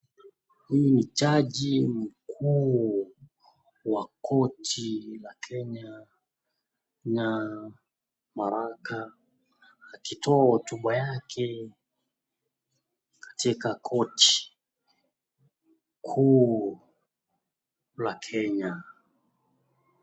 Huyu ni jaji mkuu wa koti la Kenya na Maraga akitoa hotuba yake katika koti kuu la Kenya.